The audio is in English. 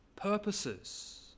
purposes